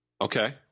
Okay